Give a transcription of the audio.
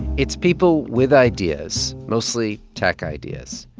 it's people with ideas, mostly tech ideas,